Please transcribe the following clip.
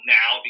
now